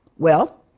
well,